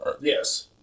yes